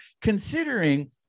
considering